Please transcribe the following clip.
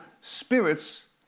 spirits